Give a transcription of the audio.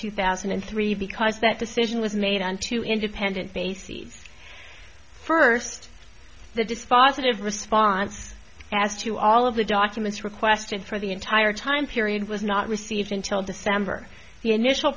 two thousand and three because that decision was made on two independent bases first the dispositive response as to all of the documents requested for the entire time period was not received until december the initial